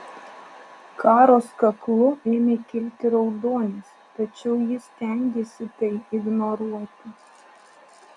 karos kaklu ėmė kilti raudonis tačiau ji stengėsi tai ignoruoti